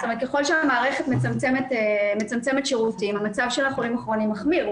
זאת אומרת ככל שהמערכת מצמצמת שירותים המצב של החולים הכרוניים מחמיר,